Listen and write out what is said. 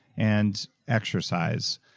and exercise.